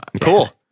Cool